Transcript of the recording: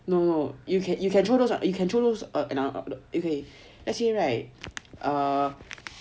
no no you can you can throw those you can throw those let's say right err